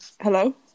Hello